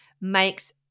makes